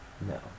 No